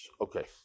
Okay